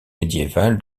médiéval